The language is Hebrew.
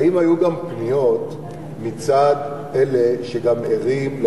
האם היו גם פניות מצד אלה שערים גם